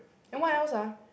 and what else ah